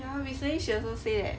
!huh! recently she also say leh